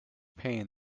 pain